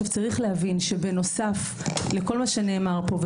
צריך להבין שבנוסף לכל מה שנאמר פה,